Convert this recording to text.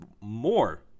more